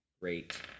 Great